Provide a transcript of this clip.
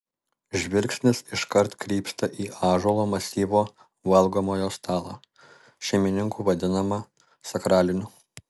žvilgsnis iškart krypsta į ąžuolo masyvo valgomojo stalą šeimininkų vadinamą sakraliniu